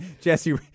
Jesse